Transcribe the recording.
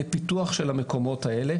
לפיתוח של המקומות האלה,